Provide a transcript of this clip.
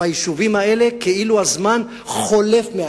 ביישובים האלה, כאילו הזמן חולף מעליהם,